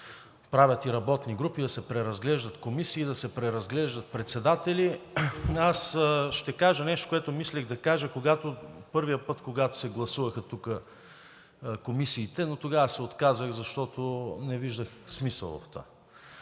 правят работни групи, за да се преразглеждат комисии, да се преразглеждат председатели, аз ще кажа нещо, което мислех да кажа първия път, когато се гласуваха тук комисиите. Тогава се отказах, защото не виждах смисъл от това.